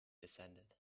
descended